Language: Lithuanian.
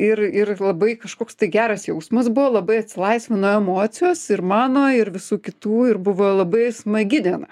ir ir labai kažkoks tai geras jausmas buvo labai atsilaisvino emocijos ir mano ir visų kitų ir buvo labai smagi diena